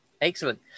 Excellent